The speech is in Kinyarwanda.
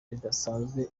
ridasanzwe